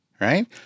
right